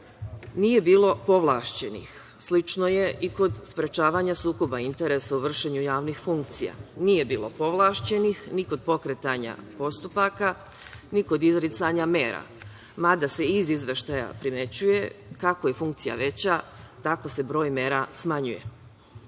nije bilo povlašćenih. Slično je i kod sprečavanja sukoba interesa u vršenju javnih funkcija. Nije bilo povlašćenih ni kod pokretanja postupaka, ni kod izricanja mera, mada se iz izveštaja primećuje kako je funkcija veća, tako se broj mera smanjuje. Smatram